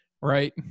right